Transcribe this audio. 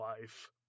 life